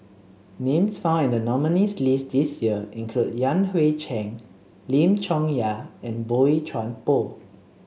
names found in the nominees' list this year include Yan Hui Chang Lim Chong Yah and Boey Chuan Poh